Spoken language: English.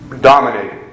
Dominated